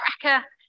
cracker